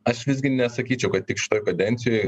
aš visgi nesakyčiau kad tik šitoj kadencijoj